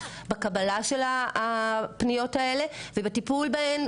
בקבלה של הפניות האלה ובטיפול בהן,